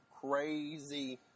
crazy